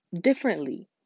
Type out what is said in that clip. differently